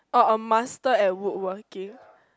orh a master at woodworking